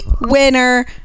winner